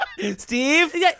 Steve